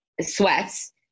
sweats